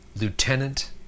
Lieutenant